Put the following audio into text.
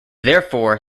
therefore